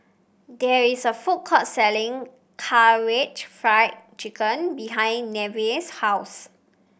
there is a food court selling Karaage Fried Chicken behind Neveah's house